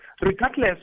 regardless